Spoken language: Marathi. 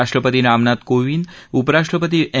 राष्ट्रपती रामनाथ कोविंद उपराष्ट्रपती एम